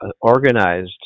organized